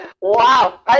Wow